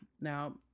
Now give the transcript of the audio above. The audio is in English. Now